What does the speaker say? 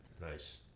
Nice